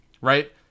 right